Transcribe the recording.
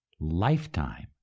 lifetime